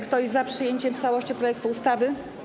Kto jest za przyjęciem w całości projektu ustawy?